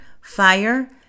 fire